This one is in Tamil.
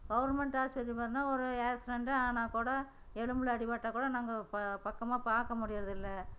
கவர்மெண்ட் ஆஸ்பத்திரி போனால் ஒரு ஆக்சிரெண்ட்டே ஆனால்கூட எலும்பில் அடிபட்டால்கூட நாங்கள் ப பக்கமாக முடியுறதில்லை